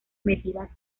medida